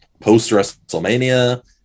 post-WrestleMania